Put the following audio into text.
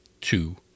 two